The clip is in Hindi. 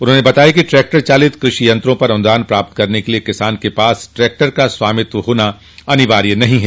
उन्होंने बताया कि ट्रैक्टर चालित कृषि यंत्रों पर अनुदान प्राप्त करने के लिए किसान के पास ट्रैक्टर का स्वामित्व होना अनिवार्य नहीं है